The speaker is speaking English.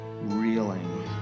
reeling